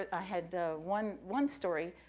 i had one one story,